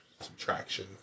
subtraction